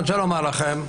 אני רוצה לומר לכם,